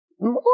more